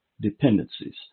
dependencies